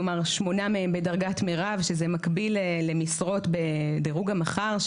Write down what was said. כלומר 8 מהם בדרגת מירב שזה מקביל למשרות בדירוג המחר,